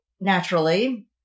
naturally